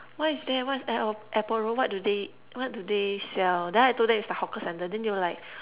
what is there what is at airport-road what do they what do they sell then I told them it's the hawker centre then they were like